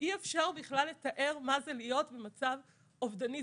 אי אפשר בכלל לתאר מה זה להיות במצב אובדני.